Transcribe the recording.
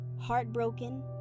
Heartbroken